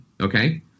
okay